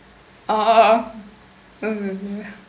oh ok ok